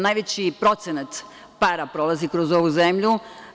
Najveći procenat para prolazi kroz ovu zemlju.